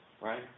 right